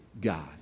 God